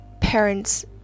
parents